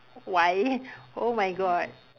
why oh my god